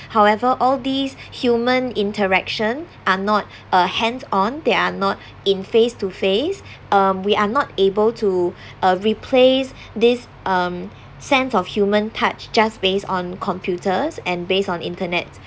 however all these human interaction are not uh hands on there are not in face to face um we are not able to uh replace this um sense of human touch just base on computers and based on internet